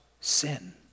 sin